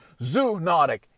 zoonotic